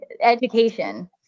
education